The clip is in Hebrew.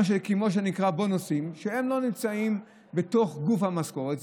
מה שנקרא בונוסים, שלא נמצאים בגוף המשכורת.